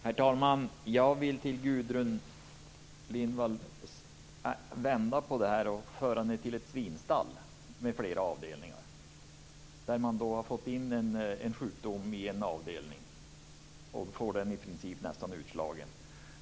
Herr talman! Jag vill vända på det hela och ta exemplet ett svinstall med flera avdelningar, där man har fått in en sjukdom i en avdelning som blivit i princip utslagen.